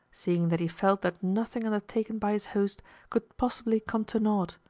seeing that he felt that nothing undertaken by his host could possibly come to naught.